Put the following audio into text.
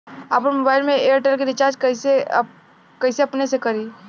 आपन मोबाइल में एयरटेल के रिचार्ज अपने से कइसे करि?